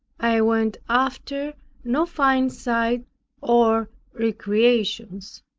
i went after no fine sights or recreations.